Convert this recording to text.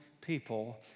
people